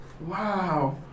Wow